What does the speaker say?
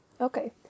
okay